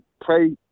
pray